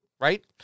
right